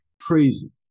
crazy